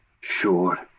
Sure